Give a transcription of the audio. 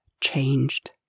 changed